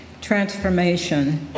Transformation